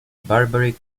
barbary